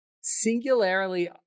singularly